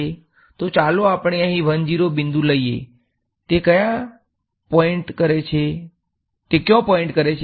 તો ચાલો આપણે અહીં બિંદુ લઈએ તે કયાં પોઇન્ટ કરે છે